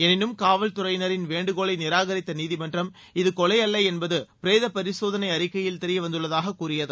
எனினும் காவல் துறையினரின் வேண்டுகோளை நிராகரித்த நீதிமன்றம் இது கொலை அல்ல என்பது பிரேத பரிசோதனை அறிக்கையில் தெரியவந்துள்ளதாக கூறியது